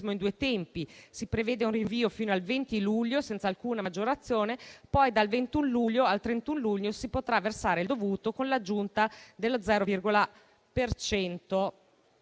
in due tempi, per cui si prevede un rinvio fino al 20 luglio senza alcuna maggiorazione, poi dal 21 al 31 luglio si potrà versare il dovuto con l'aggiunta di uno 0,40